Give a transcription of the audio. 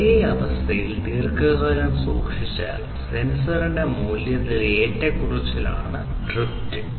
ഒരേ അവസ്ഥയിൽ ദീർഘകാലം സൂക്ഷിച്ചാൽ സെൻസറിന്റെ മൂല്യത്തിലെ ഏറ്റക്കുറച്ചിലാണ് ഡ്രിഫ്റ്റ്